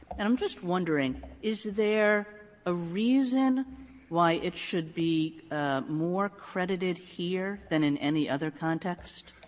and i'm just wondering is there a reason why it should be more credited here than in any other context?